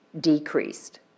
decreased